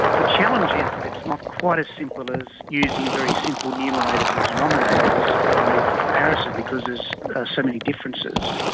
the challenge is that it's not quite as simple as using very simple numerators and denominators on an even comparison because ah so many differences.